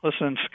listen